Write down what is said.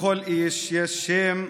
לכל איש יש שם,